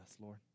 Lord